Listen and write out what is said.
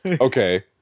Okay